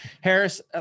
Harris